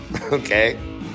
okay